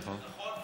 נכון,